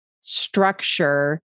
structure